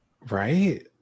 Right